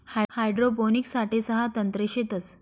hydroponics साठे सहा तंत्रे शेतस